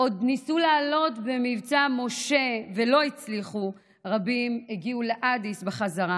עוד ניסו לעלות במבצע משה ולא הצליחו ורבים הגיעו לאדיס בחזרה,